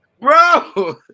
Bro